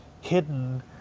hidden